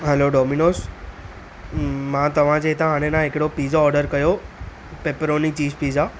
hello Domino's मां त हितां हाणे न हिकड़ो पिज़्ज़ा ऑडर कयो पेपरोनी चीज़ पिज़्ज़ा